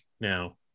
now